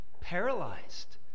paralyzed